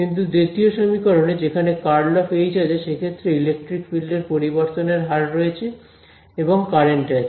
কিন্তু দ্বিতীয় সমীকরণে যেখানে ∇× H আছে সে ক্ষেত্রে ইলেকট্রিক ফিল্ড এর পরিবর্তনের হার রয়েছে এবং কারেন্ট আছে